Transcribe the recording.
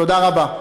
תודה רבה.